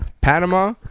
Panama